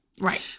Right